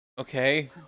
Okay